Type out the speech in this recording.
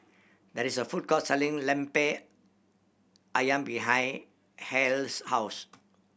there is a food court selling Lemper Ayam behind Hale's house